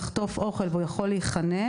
לחטוף אוכל והוא יכול להיחנק,